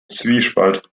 zwiespalt